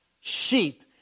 sheep